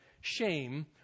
shame